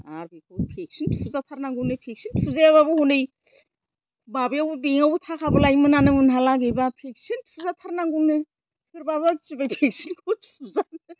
आरो बेखौबो भेकचिन थुजाथारनांगौनो भेकचिन थुजायाबाबो हनै माबायाव बेंकआवबो थाखा लायनो मोनानो उनहालागैबा भेकचिन थुजाथारनोंगौनो सोरबाबा सिबाय भेक्सिनखौ थुजानो